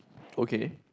okay